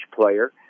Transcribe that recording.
player